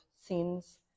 scenes